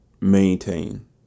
maintain